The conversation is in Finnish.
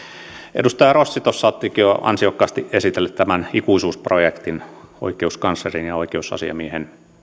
edustaja rossi tuossa ottikin jo ansiokkaasti esille tämän ikuisuusprojektin oikeuskanslerin ja oikeusasiamiehen